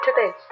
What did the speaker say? today